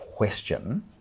question